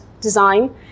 design